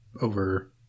over